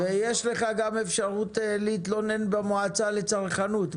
ויש לך גם אפשרות להתלונן במועצה לצרכנות.